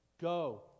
Go